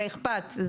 שאכפת.